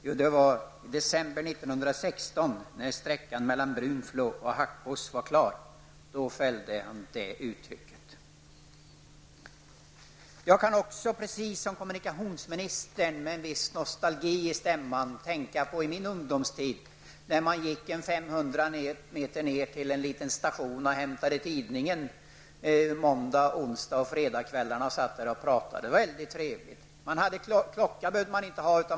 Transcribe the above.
Jo, det var i december 1916, då sträckan mellan Brunflo--Hackås var klar. Jag kan precis som kommunikationsministern med en viss nostalgi i stämman tänka på min ungdomstid, när man gick ungefär 500 meter ned till en liten station och hämtade tidningen måndag-, onsdag och fredagkvällar. Man satt där och pratade. Det var väldigt trevligt. Klocka behövde man inte ha.